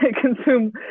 consume